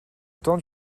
temps